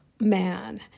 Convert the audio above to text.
man